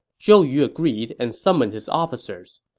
zhou yu agreed and summoned his officers.